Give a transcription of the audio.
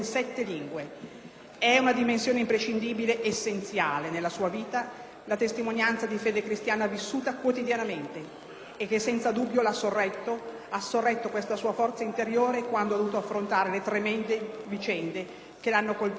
È una dimensione imprescindibile, essenziale nella sua vita, la testimonianza di fede cristiana vissuta quotidianamente e che, senza dubbio, ha sorretto la sua forza interiore quando ha dovuto affrontare le tremende vicende che l'hanno colpito negli ultimi anni.